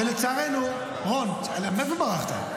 ולצערנו, רון, איפה ברחת?